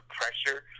pressure